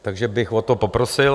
Takže bych o to poprosil.